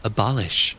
Abolish